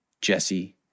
Jesse